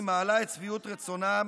היא מעלה את שביעות רצונם